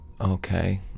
Okay